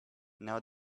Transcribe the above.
now